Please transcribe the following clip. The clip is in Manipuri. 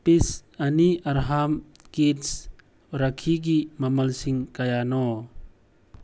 ꯄꯤꯁ ꯑꯅꯤ ꯑꯔꯍꯥꯝ ꯀꯤꯠꯁ ꯔꯥꯈꯤꯒꯤ ꯃꯃꯜꯁꯤꯡ ꯀꯌꯥꯅꯣ